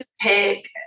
pick